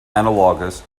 analogous